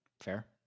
Fair